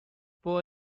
può